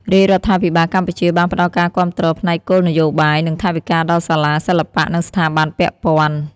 រាជរដ្ឋាភិបាលកម្ពុជាបានផ្តល់ការគាំទ្រផ្នែកគោលនយោបាយ និងថវិកាដល់សាលាសិល្បៈ និងស្ថាប័នពាក់ព័ន្ធ។